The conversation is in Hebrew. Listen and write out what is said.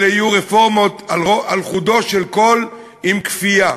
אלה יהיו רפורמות על חודו של קול עם כפייה,